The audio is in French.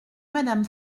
madame